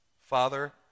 Father